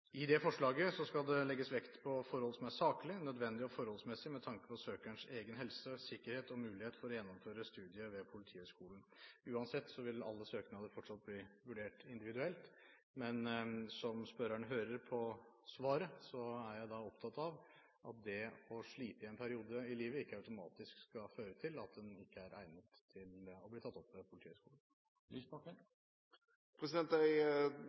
I forslaget skal det legges vekt på forhold som er saklige, nødvendige og forholdsmessige med tanke på søkerens egen helse, sikkerhet og mulighet for å gjennomføre studiet ved Politihøgskolen. Uansett vil alle søknader fortsatt bli vurdert individuelt. Men som spørreren hører ut fra svaret, er jeg opptatt av at det å slite i en periode i livet ikke automatisk skal føre til at en ikke er egnet til å bli tatt opp ved Politihøgskolen. Jeg takker statsråden for svaret. Jeg